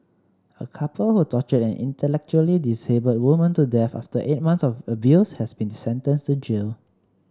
a couple who tortured an intellectually disabled woman to death after eight months of abuse has been sentenced to jail